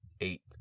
eight